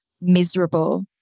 miserable